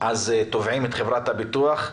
אחרי זה תובעים את חברת הביטוח,